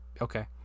okay